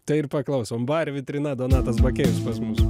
tai ir paklausom ba ir vitrina donatas bakėjus pas mus